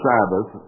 Sabbath